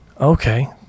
okay